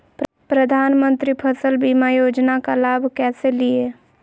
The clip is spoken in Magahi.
प्रधानमंत्री फसल बीमा योजना का लाभ कैसे लिये?